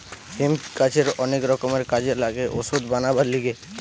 hemp গাছের অনেক রকমের কাজে লাগে ওষুধ বানাবার লিগে